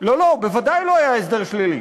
לא לא, בוודאי לא היה הסדר שלילי.